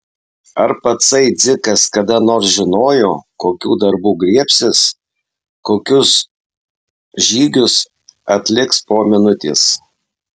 ar patsai dzikas kada nors žinojo kokių darbų griebsis kokius žygius atliks po minutės